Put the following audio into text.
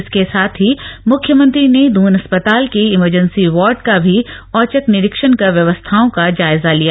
इसके साथ ही मुख्यमंत्री ने दून अस्पताल के इमरजेंसी वॉर्ड का भी औचक निरीक्षण कर व्यवस्थाओं का जायजा लिया